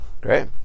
Great